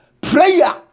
prayer